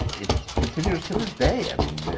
it continues to this day, i mean,